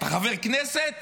אתה חבר כנסת?